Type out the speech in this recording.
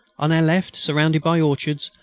on our left, surrounded by orchards,